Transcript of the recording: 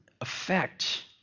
Affect